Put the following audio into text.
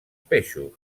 peixos